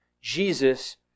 Jesus